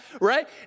right